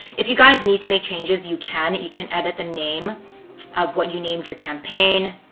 if you guys need to make changes, you can. you can edit the name of what you named your campaign.